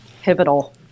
pivotal